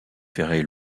ferrée